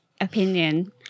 opinion